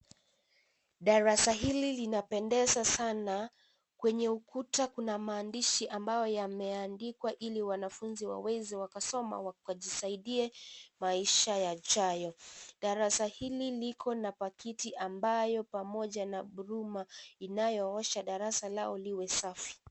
Darasa hili linapendeza sana. Kwenye ukuta kuna maandishi ambayo yameandikwa ili wanafunzi waweze wakasoma wakajisaidia maisha yajayo. Darasa hili liko na pakiti ambayo pamoja na buruma inayoosha darasa lao liwe safi.